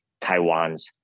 Taiwan's